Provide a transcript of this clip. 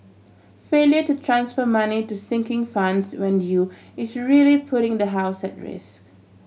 failure to transfer money to sinking funds when due is really putting the house at risk